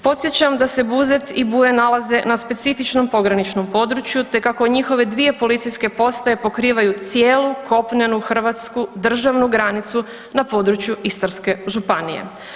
Podsjećam da se Buzet i Buje nalaze na specifičnom pograničnom području te kako njihove dvije policijske postaje pokrivaju cijelu kopnenu hrvatsku državnu granicu na području Istarske županije.